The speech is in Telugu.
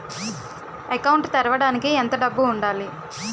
అకౌంట్ తెరవడానికి ఎంత డబ్బు ఉండాలి?